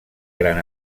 gran